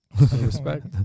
respect